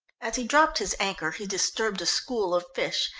as he dropped his anchor he disturbed a school of fish,